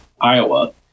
Iowa